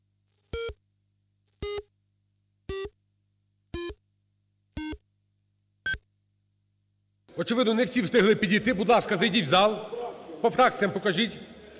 Очевидно, не всі встигли підійти. Будь ласка, зайдіть в зал… По фракціям покажіть.